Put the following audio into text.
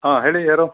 ಹಾಂ ಹೇಳಿ ಯಾರು